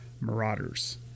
Marauders